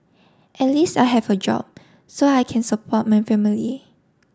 at least I have a job so I can support my family